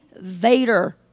Vader